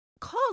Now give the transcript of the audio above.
calls